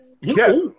Yes